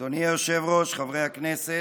אדוני היושב-ראש, חברי הכנסת,